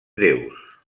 deus